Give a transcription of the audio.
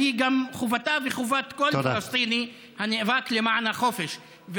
גם חובתה וחובת כל פלסטיני הנאבק למען החופש.